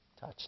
Touch